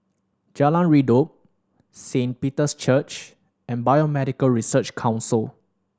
Jalan Redop Saint Peter's Church and Biomedical Research Council